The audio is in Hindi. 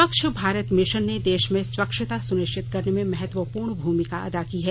स्वच्छ भारत मिशन ने देश में स्वच्छता सुनिश्चित करने में महत्वपूर्ण भूमिका अदा की है